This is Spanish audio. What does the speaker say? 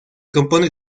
compone